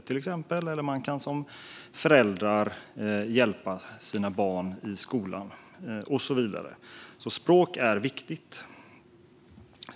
Föräldrar kan hjälpa sina barn i skolan och så vidare. Språk är viktigt.